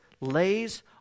lays